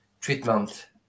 treatment